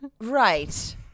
Right